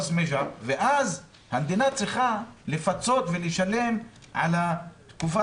ואז המדינה צריכה לפצות ולשלם על התקופה